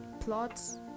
plots